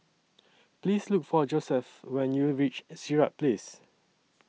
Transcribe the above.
Please Look For Josef when YOU REACH Sirat Place